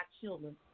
children